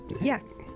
yes